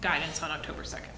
guidance on october second